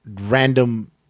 Random